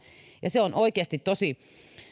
ja se on oikeasti tosi